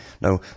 Now